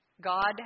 God